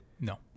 no